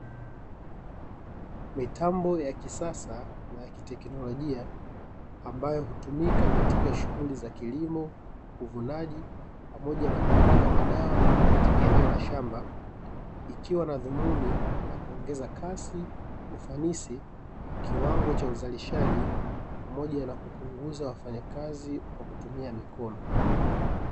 Mitambo yakisasa na ya kiteknolojia, ambayo hutumika katika shughuli za kilimo, uvunaji, pamoja na kumwaga madawa katika eneo la shamba. Ikiwa na dhumuni la kuongeza kasi, ufanisi, kiwango cha uzalishaji, pamoja na kupunguza wafanyakazi kwa kutumia mikono.